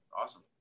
Awesome